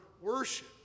worship